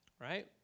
right